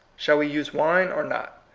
shall we use wine or not?